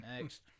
next